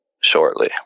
shortly